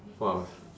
four hours